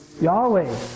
Yahweh